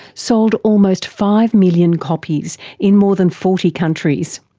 sold almost five million copies in more than forty countries.